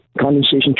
condensation